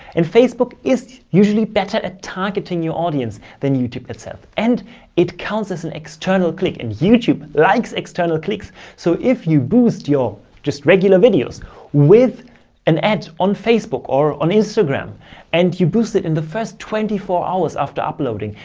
and facebook is usually better at targeting your audience than youtube itself. and it counts as an external click. and youtube likes external clicks. so if you boost your just regular videos with an ad on facebook or on instagram and you boost it in the first twenty four hours after uploading,